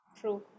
true